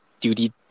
duty